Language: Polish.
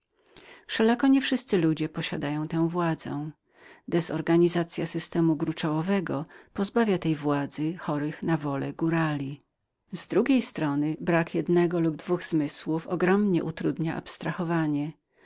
wszelako nie wszyscy ludzie posiadają tę władzę dezorganizacya systemu gruczołowego pozbawia tej siły chorych na wola góralów z drugiej strony brak jednego lub dwóch zmysłów niesłychanie utrudza